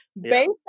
based